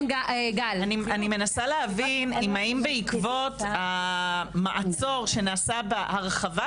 אני מנסה להבין האם המעצור שנעשה בהרחבת